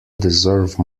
deserve